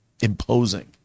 imposing